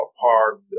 park